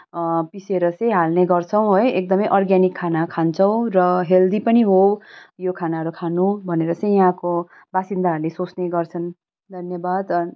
पिसेर चाहिँ हाल्ने गर्छौँ है एकदमै अर्गेनिक खाना खान्छौँ र हेल्दी पनि हो यो खानाहरू खानु भनेर चाहिँ यहाँको बासिन्दाहरूले सोच्ने गर्छन् धन्यवाद अँ